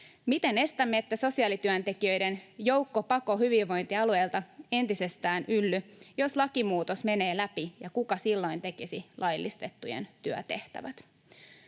Miten estämme, ettei sosiaalityöntekijöiden joukkopako hyvinvointialueilta entisestään ylly, jos lakimuutos menee läpi, ja kuka silloin tekisi laillistettujen työtehtävät?